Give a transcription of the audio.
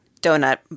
donut